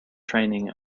training